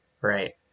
right